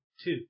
two